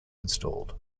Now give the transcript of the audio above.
installed